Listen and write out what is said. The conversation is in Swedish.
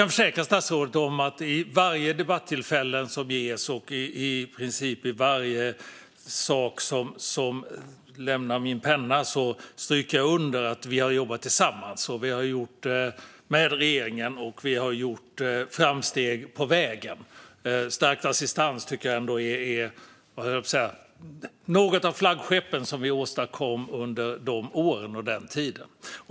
Fru talman! Vid varje debattillfälle som ges och i princip i varje sak som lämnar min penna understryker jag att vi har jobbat tillsammans med regeringen. Jag kan försäkra statsrådet om det. Vi har också gjort framsteg på vägen. Stärkt assistans tycker jag ska ses som ett av flaggskeppen av det som vi åstadkom under de åren och den tiden.